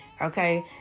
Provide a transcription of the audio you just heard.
okay